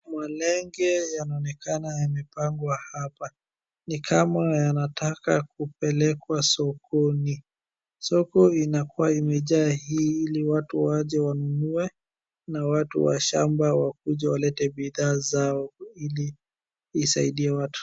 Malenge yanaonekana yamepangwa hapa. Ni kama yanataka kupelekwa sokoni. Soko inakuwa imejaa ili watu waje wanunue na watu wa shamba wakuje walete bidhaa zao ili isaidie watu.